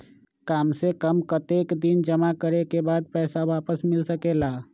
काम से कम कतेक दिन जमा करें के बाद पैसा वापस मिल सकेला?